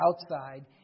outside